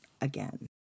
again